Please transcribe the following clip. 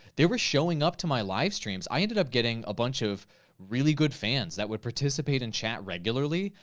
they were showing up to my live streams. i ended up getting a bunch of really good fans that would participate in chat regularly.